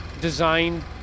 designed